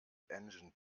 engine